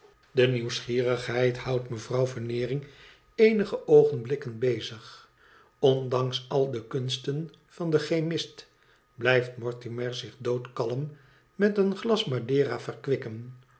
de nieuwsgierigheid houdt mevrouw veneering eenige oogenblikken bezig ondanks al de kunsten van den chemist blijft mortimer zich dood kalm met een glas madera verkwikken